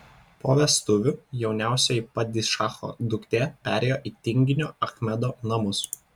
po vestuvių jauniausioji padišacho duktė parėjo į tinginio achmedo namus